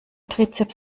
trizeps